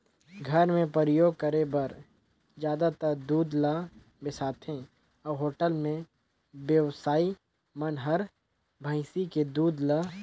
घर मे परियोग करे बर जादातर दूद ल बेसाथे अउ होटल के बेवसाइ मन हर भइसी के दूद ल